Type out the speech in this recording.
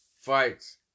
fights